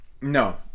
No